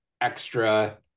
extra